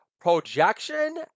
projection